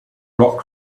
rock